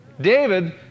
David